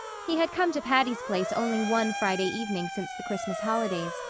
he had come to patty's place only one friday evening since the christmas holidays,